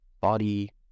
body